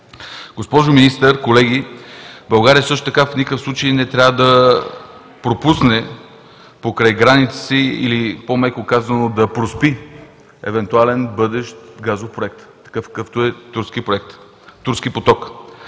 Госпожо Министър, колеги, България в никакъв случай не трябва да пропусне покрай границата си или по-меко казано „да проспи” евентуален бъдещ газов проект, какъвто е „Турски поток“.